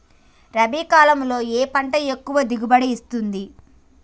రబీ కాలంలో ఏ పంట ఎక్కువ దిగుబడి ఇస్తుంది?